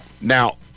Now